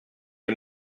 les